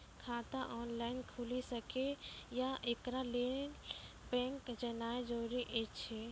खाता ऑनलाइन खूलि सकै यै? एकरा लेल बैंक जेनाय जरूरी एछि?